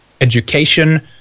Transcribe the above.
education